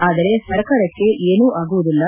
ಆದರೆ ಸರ್ಕಾರಕ್ಕೆ ಏನೂ ಆಗುವುದಿಲ್ಲ